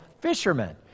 fishermen